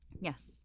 Yes